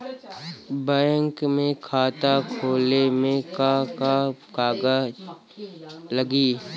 Bank में खाता खोले मे का का कागज लागी?